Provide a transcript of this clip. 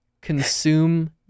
Consume